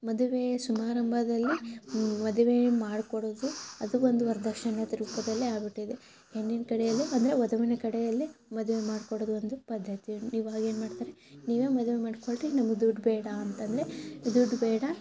ಮದುವೆ ಸಮಾರಂಭದಲ್ಲಿ ಮದುವೆ ಮಾಡಿಕೊಡೋದು ಅದು ಒಂದು ವರ್ದಕ್ಷಿಣೆದು ರೂಪದಲ್ಲಿ ಆಗಿಬಿಟ್ಟಿದೆ ಹೆಣ್ಣಿನ ಕಡೆಯಲ್ಲಿ ಅಂದರೆ ವಧುವಿನ ಕಡೆಯಲ್ಲಿ ಮದುವೆ ಮಾಡ್ಕೊಡೋದು ಒಂದು ಪದ್ಧತಿ ಇವಾಗ ಏನು ಮಾಡ್ತಾರೆ ನೀವೇ ಮದುವೆ ಮಾಡಿಕೊಡ್ರಿ ನಮ್ಗೆ ದುಡ್ಡು ಬೇಡ ಅಂತಂದರೆ ದುಡ್ಡು ಬೇಡ